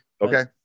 okay